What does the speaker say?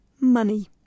money